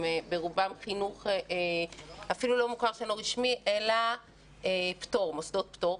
הם ברובם חינוך אפילו לא מוכר שאינו רשמי אלא מוסדות פטור.